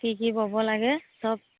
কি কি ব'ব লাগে সব